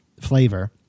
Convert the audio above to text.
flavor